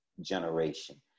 generation